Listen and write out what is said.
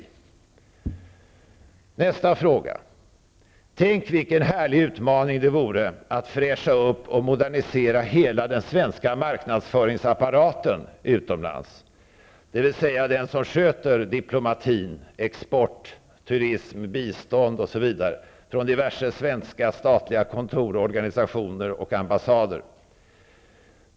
Så till nästa fråga. Tänk vilken härlig utmaning det vore att fräscha upp och modernisera hela den svenska marknadsföringsapparaten utomlands -- dvs. den som sköter diplomati, export, turism, bistånd osv. från diverse svenska statliga kontor, organisationer och ambassader!